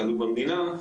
תלוי במדינה.